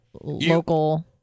local